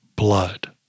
blood